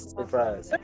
surprise